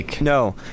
no